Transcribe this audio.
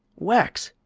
wax!